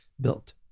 built